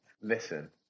Listen